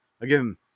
again